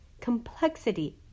Complexity